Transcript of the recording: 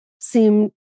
seem